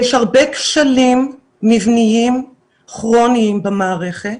יש הרבה כשלים מבניים כרוניים במערכת,